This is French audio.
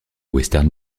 western